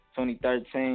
2013